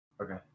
okay